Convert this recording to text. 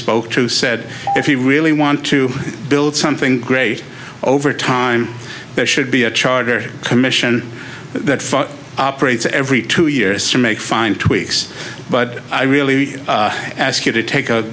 spoke to said if you really want to build something great over time there should be a charter commission that operates every two years to make fine tweaks but i really ask you to take a